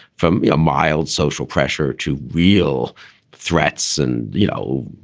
from a mild social pressure to real threats and, you know,